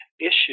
issues